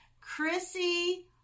Chrissy